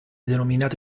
denominato